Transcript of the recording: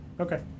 Okay